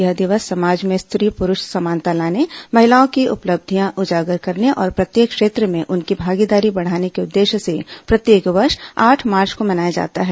यह दिवस समाज में स्त्री पुरुष समानता लाने महिलाओं की उपलब्धियां उजागर करने और प्रत्येक क्षेत्र में उनकी भागीदारी बढ़ाने के उद्देश्य से प्रत्येक वर्ष आठ मार्च को मनाया जाता है